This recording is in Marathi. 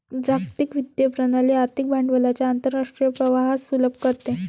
जागतिक वित्तीय प्रणाली आर्थिक भांडवलाच्या आंतरराष्ट्रीय प्रवाहास सुलभ करते